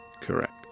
Correct